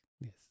yes